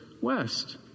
west